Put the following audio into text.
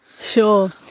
Sure